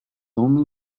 only